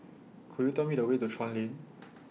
Could YOU Tell Me The Way to Chuan Lane